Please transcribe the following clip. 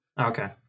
Okay